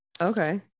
okay